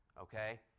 okay